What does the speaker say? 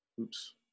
Oops